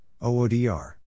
OODR